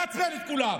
מעצבן את כולם.